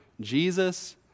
Jesus